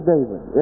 David